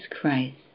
Christ